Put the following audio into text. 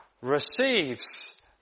receives